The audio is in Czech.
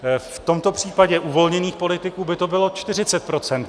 V tomto případě uvolněných politiků by to bylo 40 %.